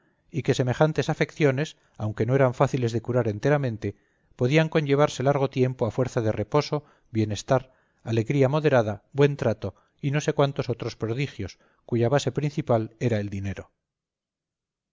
y que semejantes afecciones aunque no eran fáciles de curar enteramente podían conllevarse largo tiempo a fuerza de reposo bienestar alegría moderada buen trato y no sé cuántos otros prodigios cuya base principal era el dinero